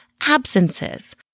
absences